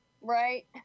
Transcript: Right